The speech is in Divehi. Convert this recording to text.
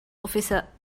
އޮފިސަރ